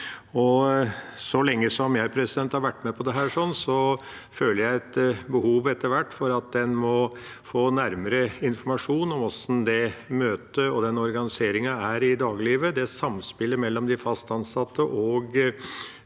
Så lenge som jeg har vært med på dette, føler jeg etter hvert et behov for at en må få nærmere informasjon om hvordan det møtet og den organiseringen er i dagliglivet, det samspillet mellom de fast ansatte